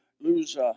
lose